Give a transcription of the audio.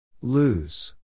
Lose